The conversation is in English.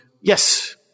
Yes